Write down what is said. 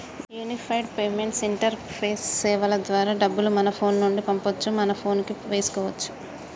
unified payments interface సేవల ద్వారా డబ్బులు మన ఫోను నుండి పంపొచ్చు మన పోనుకి వేపించుకోచ్చు